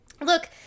Look